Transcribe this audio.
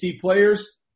players